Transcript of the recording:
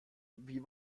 wie